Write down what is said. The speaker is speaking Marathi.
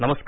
नमस्कार